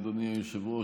אדוני היושב-ראש.